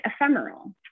ephemeral